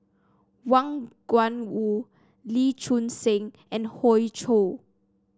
Wang Gungwu Lee Choon Seng and Hoey Choo